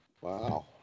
Wow